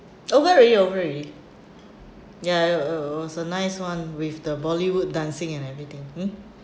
over already over already ya it w~ w~ w~ was a nice one with the bollywood dancing and everything hmm